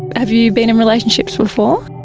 have you been in relationships before?